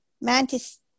Mantis